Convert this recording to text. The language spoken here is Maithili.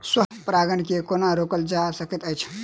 स्व परागण केँ कोना रोकल जा सकैत अछि?